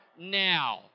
now